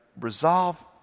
resolve